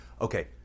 Okay